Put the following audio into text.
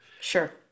Sure